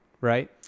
Right